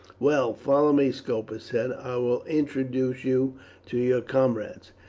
well, follow me, scopus said. i will introduce you to your comrades.